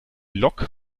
lok